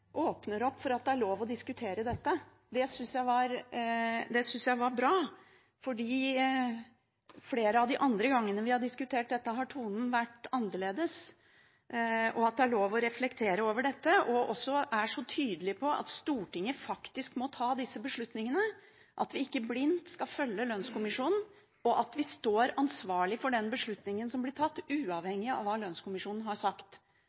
åpner opp for at det er lov å diskutere dette. Det synes jeg er bra, for flere av de andre gangene vi har diskutert dette, har tonen vært annerledes. Det er bra at det er lov å reflektere over dette. At stortingspresidenten også er så tydelig på at Stortinget faktisk må ta disse beslutningene, at vi ikke blindt skal følge lønnskommisjonen, og at vi står ansvarlig for den beslutningen som blir tatt, uavhengig av hva lønnskommisjonen har sagt,